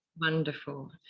Wonderful